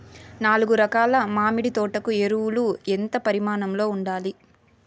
నాలుగు ఎకరా ల మామిడి తోట కు ఎరువులు ఎంత పరిమాణం లో ఉండాలి?